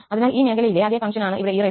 അതിനാൽ ഈ മേഖലയിലെ അതേ ഫങ്ക്ഷന് ആണ് ഇവിടെ ex